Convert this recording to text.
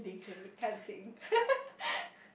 K can't sing